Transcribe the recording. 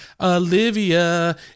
Olivia